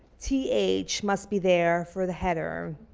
th must be there for the header,